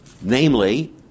Namely